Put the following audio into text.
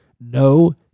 No